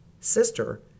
sister